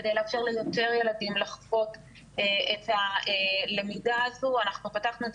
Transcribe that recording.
כדי לאפשר ליותר ילדים לחוות את הלמידה הזו פתחנו את